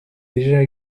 déjà